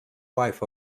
wife